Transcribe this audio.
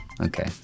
Okay